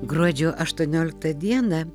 gruodžio aštuonioliktą dieną